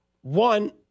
one